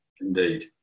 Indeed